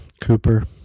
Cooper